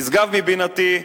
נשגב מבינתי,